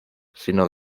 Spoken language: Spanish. sino